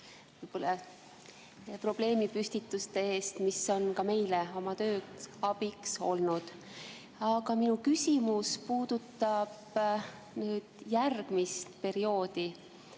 ja probleemipüstituste eest, mis on ka meile oma töös abiks olnud. Aga minu küsimus puudutab järgmist perioodi.